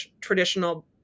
traditional